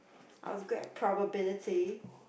I was good at probability